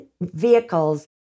vehicles